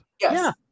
Yes